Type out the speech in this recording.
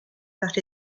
that